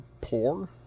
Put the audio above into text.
Poor